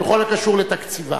בכל הקשור לתקציבה.